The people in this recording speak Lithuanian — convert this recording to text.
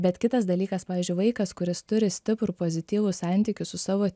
bet kitas dalykas pavyzdžiui vaikas kuris turi stiprų pozityvų santykį su savo